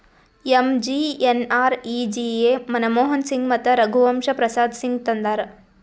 MGNREGA Manmohan Singh ಮತ್ತ ರಘುವಂಶ ಪ್ರಸಾದ್ ಸಿಂಗ್ ತಂದಾರ್